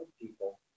people